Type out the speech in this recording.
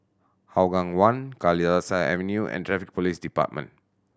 Hougang One Kalidasa Avenue and Traffic Police Department